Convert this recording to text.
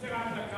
מה זה רק דקה?